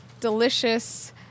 delicious